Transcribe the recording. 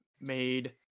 made